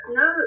no